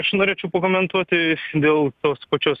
aš norėčiau pakomentuoti dėl tos pačios